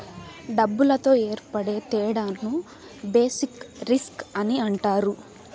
డబ్బులతో ఏర్పడే తేడాను బేసిక్ రిస్క్ అని అంటారు